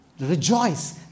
rejoice